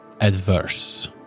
adverse